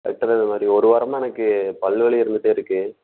doctor எனக் வரி ஒரு வாரமாக எனக்கு பல் வலி இருந்துகிட்டே இருக்கு